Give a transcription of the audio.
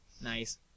nice